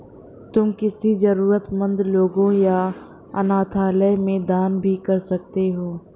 तुम किसी जरूरतमन्द लोगों या अनाथालय में दान भी कर सकते हो